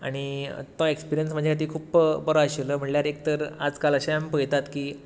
आनी तो एस्पिरियन्स म्हजे खातीर खूब बरो आशिल्लो म्हणल्यार एक तर आज काल अशें आमी पळयतात की